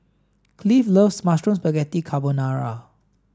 Cleve loves Mushroom Spaghetti Carbonara